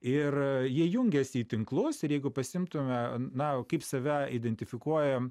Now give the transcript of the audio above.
ir jie jungiasi į tinklus ir jeigu pasiimtume na kaip save identifikuoja